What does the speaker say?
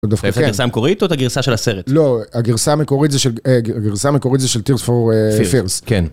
את הגרסה המקורית או את הגרסה של הסרט? לא, הגרסה המקורית זה של הגרסה המקורים של של Tears for fears, כן Fears